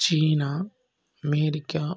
China America